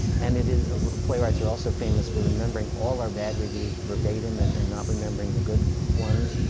and it is playwrights are also famous for remembering all our bad reviews verbatim, and and not remembering the good ones.